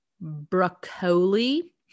broccoli